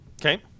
Okay